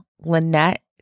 Lynette